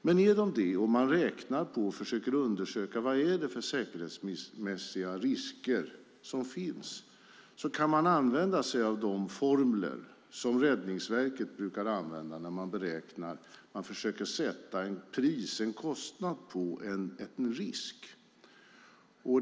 Men är de det och man räknar på och försöker undersöka vilka försäkringsmässiga risker som finns kan man använda sig av de formler som Räddningsverket brukar använda när man försöker sätta ett pris på, beräkna kostnaden för, en risk.